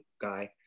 guy